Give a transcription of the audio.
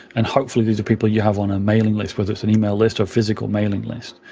and hopefully, these are people you have on a mailing list, whether it's an e-mail list or physical mailing list.